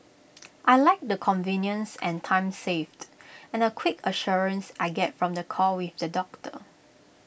I Like the convenience and time saved and the quick assurance I get from the call with the doctor